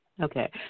Okay